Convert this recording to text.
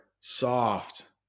soft